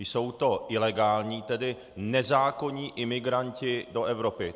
Jsou to ilegální tedy nezákonní imigranti do Evropy.